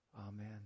Amen